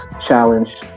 Challenge